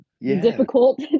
difficult